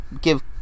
give